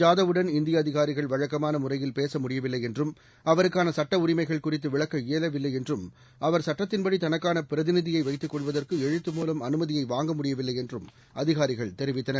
ஜாதவ் உடன் இந்தியஅதிகாரிகள் வழக்கமானமுறையில் பேசமுடியவில்லைஎன்றும் அவருக்கானசட்டஉரிமைகள் குறித்துவிளக்க இயலவில்லைஎன்றும் அவர் சட்டத்தின் படி தனக்கானபிரதிநிதியைவைத்துக் கொள்வதற்குஎழுத்தமுலம் அனுமதியைவாங்க முடியவில்லைஎன்றும் அதிகாரிகள் தெரிவித்தனர்